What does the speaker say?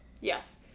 Yes